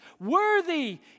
Worthy